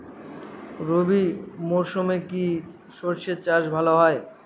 রবি মরশুমে কি সর্ষে চাষ ভালো হয়?